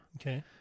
Okay